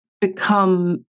become